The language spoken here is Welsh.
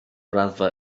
raddfa